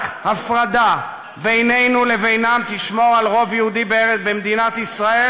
רק הפרדה בינינו לבינם תשמור על רוב יהודי במדינת ישראל